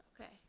Okay